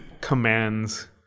commands